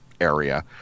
area